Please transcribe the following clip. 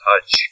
touch